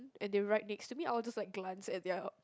and they're right next to me I'll just like glance at their